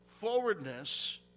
forwardness